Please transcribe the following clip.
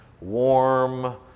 warm